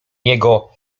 niego